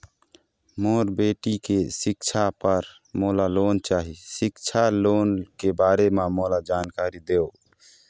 मोर बेटी के सिक्छा पर मोला लोन चाही सिक्छा लोन के बारे म मोला जानकारी देव?